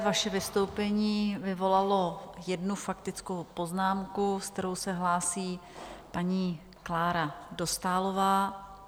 Vaše vystoupení vyvolalo jednu faktickou poznámku, se kterou se hlásí paní Klára Dostálová.